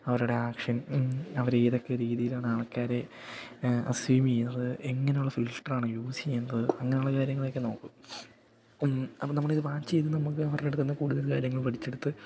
അവരുടെ ആക്ഷൻ ഉം അവർ ഏതൊക്കെ രീതിയിലാണ് ആൾക്കാരെ അസ്യുമ് ചെയ്യുന്നത് എങ്ങനെയുള്ള ഫിൽട്ടറാണ് യൂസ് ചെയ്യുന്നത് അങ്ങനെയുള്ള കാര്യങ്ങളൊക്കെ നോക്കും അപ്പം നമ്മൾ അത് വാച്ച് ചെയ്ത് നമുക്ക് അവരുടെ അടുത്ത് തന്നെ കൂടുതൽ കാര്യങ്ങൾ പഠിച്ചെടുത്ത്